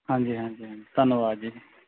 ਹਾਂਜੀ ਹਾਂਜੀ ਹਾਂਜੀ ਧੰਨਵਾਦ ਜੀ